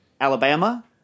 Alabama